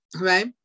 right